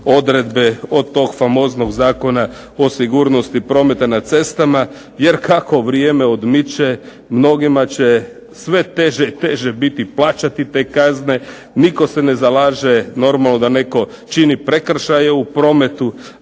odredbe od tog famoznog Zakona o sigurnosti prometa na cestama, jer kako vrijeme odmiče mnogima će sve te teže i teže biti plaćati te kazne. Nitko se ne zalaže normalno da netko čini prekršaje u prometu,